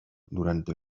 durante